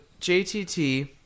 JTT